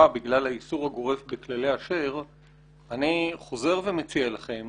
בגלל האיסור הגורף בכללי אשר אני חוזר ומציע לכם